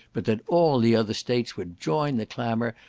but that all the other states would join the clamour,